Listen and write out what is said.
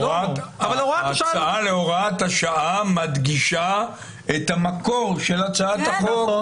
ההצעה להוראת השעה מדגישה את המקור של הצעת החוק.